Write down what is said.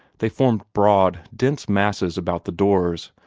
they formed broad, dense masses about the doors,